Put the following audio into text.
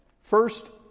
first